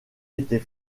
était